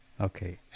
Okay